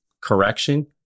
correction